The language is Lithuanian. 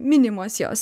minimos jos